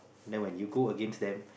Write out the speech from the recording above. then when you go against them